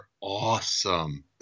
awesome